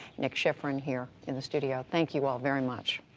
nick schifrin here in the studio, thank you all very much.